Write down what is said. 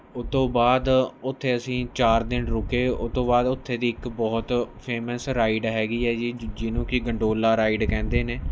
ਉਹਤੋਂ ਬਾਅਦ ਉੱਥੇ ਅਸੀਂ ਚਾਰ ਦਿਨ ਰੁਕੇ ਉਹਤੋਂ ਬਾਅਦ ਉੱਥੇ ਦੀ ਇੱਕ ਬਹੁਤ ਫੇਮਸ ਰਾਈਡ ਹੈਗੀ ਹੈ ਜੀ ਜਿਹਨੂੰ ਕੀ ਗੰਡੋਲਾ ਰਾਈਡ ਕਹਿੰਦੇ ਨੇ